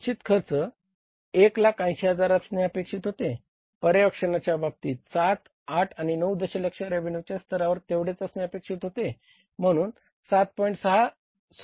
निश्चित खर्च 180000 असणे अपेक्षित होते पर्यवेक्षणाच्या बाबतीत 7 8 आणि 9 दशलक्ष रेव्हेन्यूच्या स्तरावर तेवढेच असणे अपेक्षित होते म्हणून 7